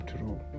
true